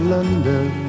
London